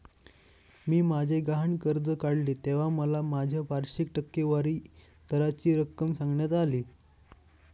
मी माझे गहाण कर्ज काढले तेव्हा मला माझ्या वार्षिक टक्केवारी दराची रक्कम सांगण्यात आली